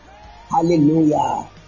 Hallelujah